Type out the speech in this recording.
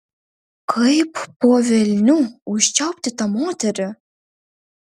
kaip po velnių užčiaupti tą moterį